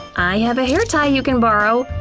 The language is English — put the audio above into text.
i have a hair tie you can borrow!